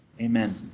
Amen